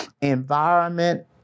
environment